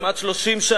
כמעט 30 שנה.